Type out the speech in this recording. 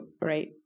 right